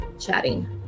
chatting